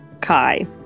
Kai